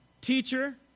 Teacher